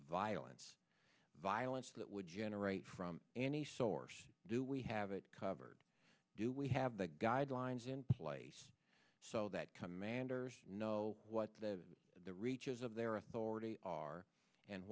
violence violence that would generate from any source do we have it covered do we have the guidelines in place so that commanders know what the reaches of their authority are and